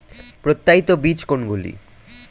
প্রত্যায়িত বীজ কোনগুলি?